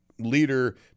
leader